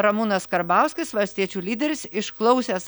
ramūnas karbauskis valstiečių lyderis išklausęs